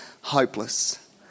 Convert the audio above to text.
hopeless